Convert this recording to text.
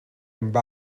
amb